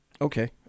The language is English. Okay